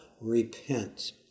repent